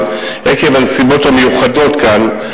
גם עקב הנסיבות המיוחדות כאן,